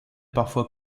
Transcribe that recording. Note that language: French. parfois